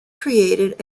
created